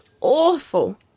awful